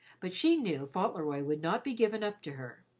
but she knew fauntleroy would not be given up to her,